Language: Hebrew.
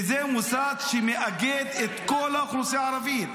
וזה מוסד שמאגד את כל האוכלוסייה הערבית,